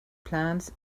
plants